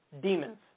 Demons